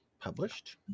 published